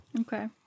Okay